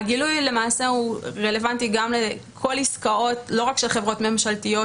הגילוי למעשה הוא רלבנטי לכל עסקאות לא רק של חברות ממשלתיות